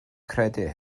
credu